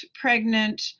pregnant